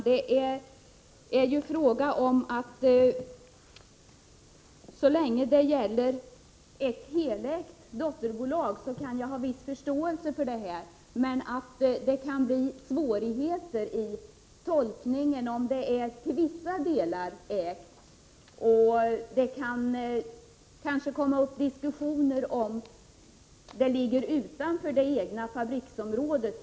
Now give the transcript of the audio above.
Herr talman! Så länge det gäller ett helägt dotterbolag kan jag ha viss förståelse. Men det kan uppstå tolkningssvårigheter, om bolaget till viss del är ägt av ett annat bolag. Det kan t.ex. uppkomma diskussioner om dotterbolaget ligger utanför det egna fabriksområdet.